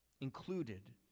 included